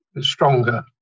stronger